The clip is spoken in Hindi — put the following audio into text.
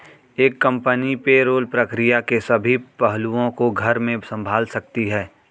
एक कंपनी पेरोल प्रक्रिया के सभी पहलुओं को घर में संभाल सकती है